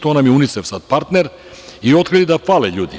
To nam je UNICEF sada partner i otkrili da fale ljudi.